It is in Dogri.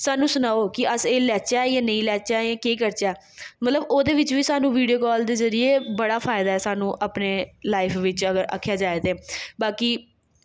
सानूं सनाओ कि अस एह् लैच्चै जां नेईं लैच्चे केह् करचै मतलब ओह्दे बिच्च बी सानूं वीडियो कॉल दे जरिये बड़ा फायदा ऐ सानूं अपने लाईफ बिच्च अगर आखेआ जाए ते बाकी